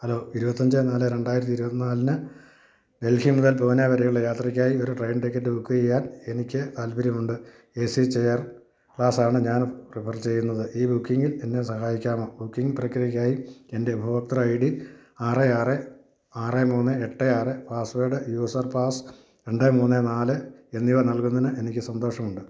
hello ഇരുപത്തഞ്ച് നാല് രണ്ടായിരത്തി ഇരുപത്തിനാലിന് ഡൽഹി മുതൽ പൂനെ വരെയുള്ള യാത്രയ്ക്കായി ഒരു ട്രെയിൻ ടിക്കറ്റ് ബുക്ക് ചെയ്യാൻ എനിക്ക് താൽപ്പര്യമുണ്ട് എ സി ചെയർ ക്ലാസ്സാണ് ഞാൻ പ്രിഫർ ചെയ്യുന്നത് ഈ ബുക്കിംഗിൽ എന്നെ സഹായിക്കാമോ ബുക്കിംഗ് പ്രക്രിയയ്ക്കായി എൻ്റെ ഉപഭോക്ത്ര ഐ ഡി ആറ് ആറ് ആറ് മൂന്ന് എട്ട് ആറ് പാസ്സ്വേഡ് യൂസർ പാസ് രണ്ട് മൂന്ന് നാല് എന്നിവ നൽകുന്നതിന് എനിക്ക് സന്തോഷമുണ്ട്